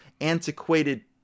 antiquated